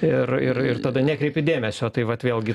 ir ir ir tada nekreipiu dėmesio tai vat vėlgi